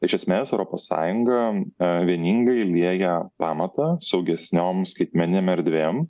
iš esmės europos sąjunga vieningai lieja pamatą saugesniom skaitmeninėm erdvėm